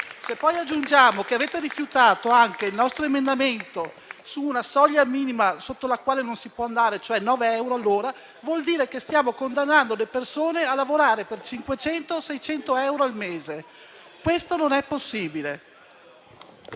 Se poi aggiungiamo che avete rifiutato anche il nostro emendamento che proponeva una soglia minima sotto la quale non si può andare di nove euro l'ora, allora vuol dire che stiamo condannando le persone a lavorare per 500 o 600 euro al mese e questo non è possibile.